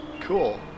Cool